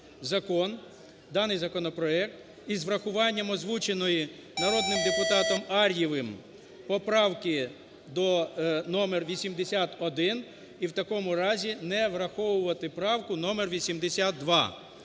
даний законопроект із врахуванням озвученої народним депутатом Ар'євим поправки номер 81, і в такому разі не враховувати правку номер 82.